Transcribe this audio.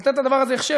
לתת לדבר הזה הכשר,